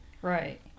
Right